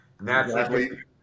naturally